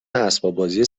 اسباببازی